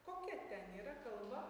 kokia ten yra kalba